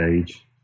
age